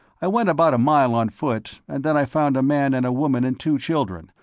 i went about a mile on foot, and then i found a man and woman and two children,